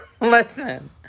Listen